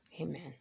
Amen